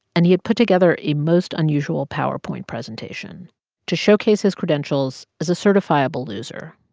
and he had put together a most unusual powerpoint presentation to showcase his credentials as a certifiable loser.